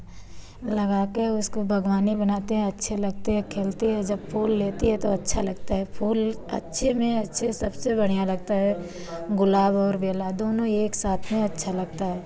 लगा कर उसको बगबानी बनाते हैं अच्छे लगते हैं खेलते हैं जब फूल लेते हैं तो अच्छा लगता है फूल अच्छे में अच्छे सबसे बढ़िया लगता है गुलाब और बेला दोनों एक साथ में अच्छा लगता है